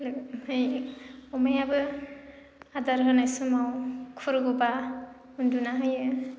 ओमफ्राय अमायाबो आदार होनाय समाव खुरगौबा उन्दुना होयो